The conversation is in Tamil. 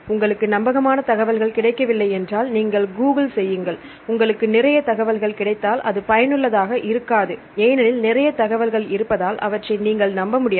உங்களுக்கு நம்பகமான தகவல்கள் கிடைக்கவில்லை என்றால் நீங்கள் கூகிள் செய்யுங்கள் உங்களுக்கு நிறைய தகவல்கள் கிடைத்தால் அது பயனுள்ளதாக இருக்காது ஏனெனில் நிறைய தகவல்கள் இருப்பதால் அவற்றை நீங்கள் நம்ப முடியாது